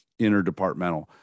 interdepartmental